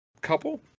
Couple